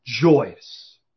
joyous